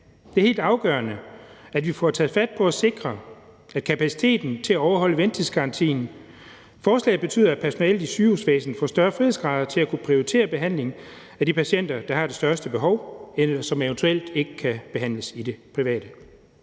Det er helt afgørende, at vi får taget fat på at sikre kapaciteten til at overholde ventetidsgarantien. Forslaget betyder, at personalet i sygehusvæsenet får større frihedsgrader til at kunne prioritere behandling af de patienter, der har det største behov, eller som eventuelt ikke kan behandles i det private.